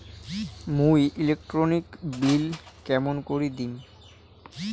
মুই electric bill কেমন করি দিম?